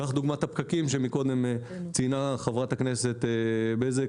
קח את דוגמת הפקקים שקודם ציינה חברת הכנסת בזק.